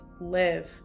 live